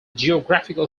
geographical